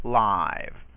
live